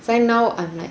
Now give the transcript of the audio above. then now I'm like